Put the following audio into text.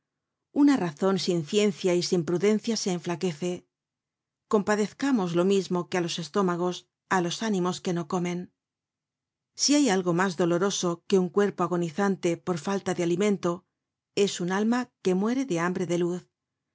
una razon sin ciencia y sin prudencia se enflaquece compadezcamos lo mismo que á los estómagos á los ánimos que no comen si hay algo mas doloroso que un cuerpo agonizante por falta de alimento es un alma que muere de hambre de luz